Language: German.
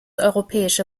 europäische